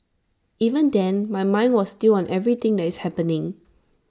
even then my mind was still on everything that is happening